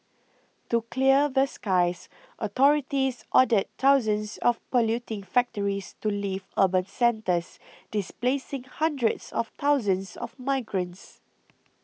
to clear the skies authorities ordered thousands of polluting factories to leave urban centres displacing hundreds of thousands of migrants